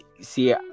see